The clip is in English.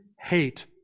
hate